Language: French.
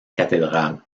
cathédrale